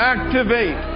Activate